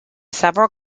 several